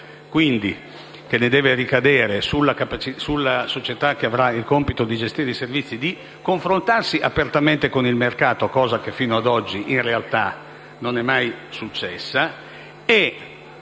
capacità, che deve ricadere sulla società che avrà il compito di gestire i servizi, di confrontarsi apertamente con il mercato (cosa che fino ad oggi, in realtà, non è mai successa